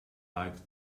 like